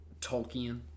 Tolkien